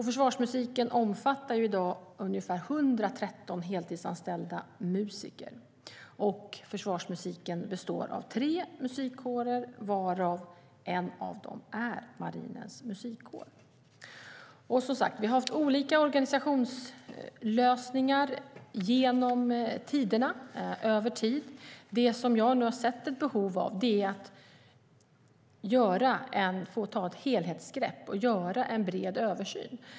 Försvarsmusiken omfattar i dag ungefär 113 heltidsanställda musiker och består av tre musikkårer, varav en är Marinens Musikkår. Vi har som sagt haft olika organisationslösningar genom tiderna, och det jag nu har sett är ett behov av att ta ett helhetsgrepp och göra en bred översyn.